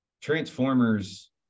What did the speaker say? transformers